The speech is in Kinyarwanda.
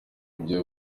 ibyo